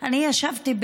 אבל יחד עם